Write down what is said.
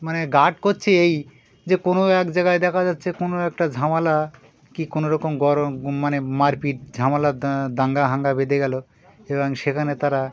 মানে গার্ড করছে এই যে কোনো এক জায়গায় দেখা যাচ্ছে কোনো একটা ঝামেলা কী কোনো রকম গরম মানে মারপিট ঝামেলা দাঙ্গা হাঙ্গামা বেঁধে গেল এবং সেখানে তারা